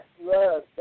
love